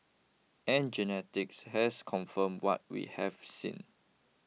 and genetics has confirmed what we have seen